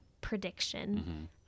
prediction